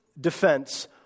defense